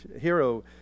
hero